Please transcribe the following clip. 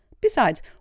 Besides